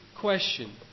question